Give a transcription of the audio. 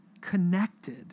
connected